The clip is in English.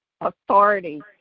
authority